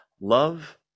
Love